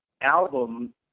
album